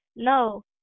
No